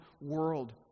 world